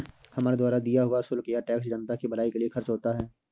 हमारे द्वारा दिया हुआ शुल्क या टैक्स जनता की भलाई के लिए खर्च होता है